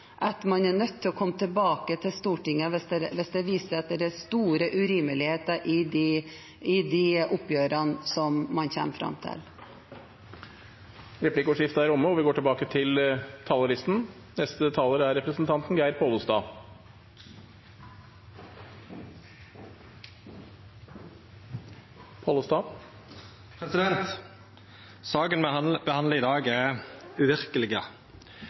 at man er nødt til å komme tilbake til Stortinget hvis det viser seg at det er store urimeligheter i de oppgjørene som man kommer fram til. Replikkordskiftet er omme. Saka me behandlar i dag, er